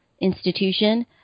institution